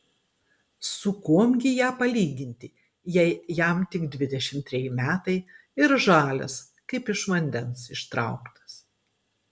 su kuom gi ją palyginti jei jam tik dvidešimt treji metai ir žalias kaip iš vandens ištrauktas